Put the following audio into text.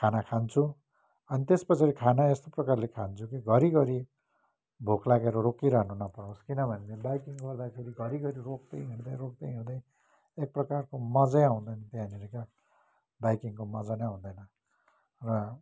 खाना खान्छु अनि त्यसपछाडि खाना यस्तो प्रकारले खान्छु कि घरिघरि भोक लागेर रोकिरानु नपरोस् किन भनेदेखि बाइकिङ गर्दाखेरि घरिघरि रोक्दै हिँड्दै रोक्दै हिँड्दै एकप्रकारको मज्जै आउँदैन त्यहाँनिर क्या बाइकिङको मज्जा नै हुँदैन र